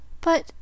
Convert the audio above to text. But